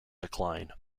decline